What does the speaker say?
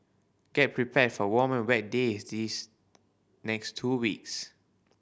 get prepared for warm and wet days these next two weeks